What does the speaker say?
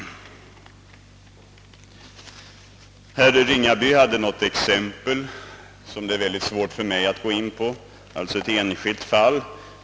Herr Ringaby anförde ett exempel som jag inte här kan gå in på, eftersom det gäller ett enskilt fall.